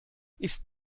ist